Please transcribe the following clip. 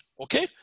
okay